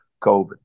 COVID